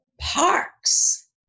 parks